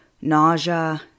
Nausea